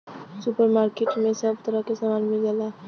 super market में सब तरह के सामान मिल जाला